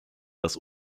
dass